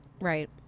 Right